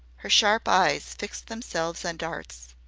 her sharp eyes fixed themselves on dart's.